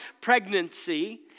pregnancy